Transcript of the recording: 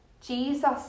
Jesus